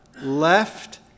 left